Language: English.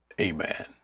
Amen